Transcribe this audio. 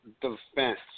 defense